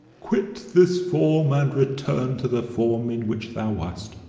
quit this form and return to the form in which thou wast!